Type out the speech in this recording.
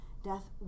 death